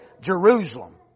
Jerusalem